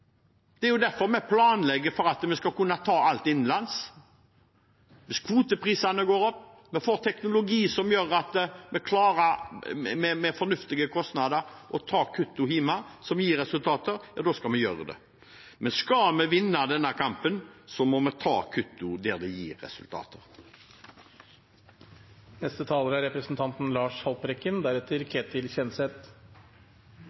det er derfor vi planlegger for å kunne ta alt innenlands. Hvis kvoteprisene går opp, vi får teknologi som gjør at vi med fornuftige kostnader klarer å ta kuttene som gir resultater, hjemme, da skal vi gjøre det. Men skal vi vinne denne kampen, må vi ta kuttene der det gir resultater. Det passer godt å komme etter representanten